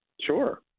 Sure